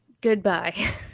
Goodbye